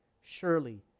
Surely